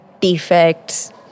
defects